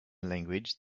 language